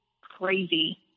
crazy